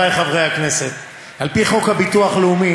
חבר הכנסת דב חנין אומר שנימק,